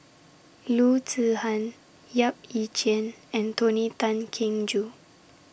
Loo Zihan Yap Ee Chian and Tony Tan Keng Joo